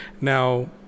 Now